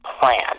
Plan